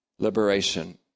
Liberation